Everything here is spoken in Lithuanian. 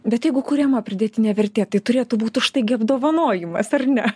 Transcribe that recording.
bet jeigu kuriama pridėtinė vertė tai turėtų būt už tai gi apdovanojimas ar ne